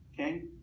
Okay